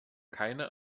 keine